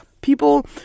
people